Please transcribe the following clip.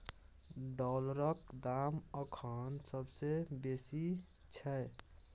डॉलरक दाम अखन सबसे बेसी छै